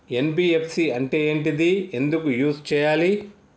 NBFC అంటే ఏంటిది ఎందుకు యూజ్ చేయాలి?